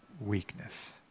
weakness